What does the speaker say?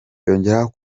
yongeraho